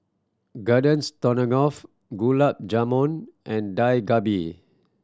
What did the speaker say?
Garden Stroganoff Gulab Jamun and Dak Galbi